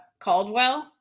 Caldwell